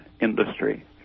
industry